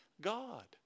God